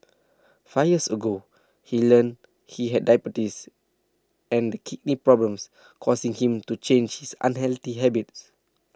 five years ago he learnt he had diabetes and kidney problems causing him to change his unhealthy habits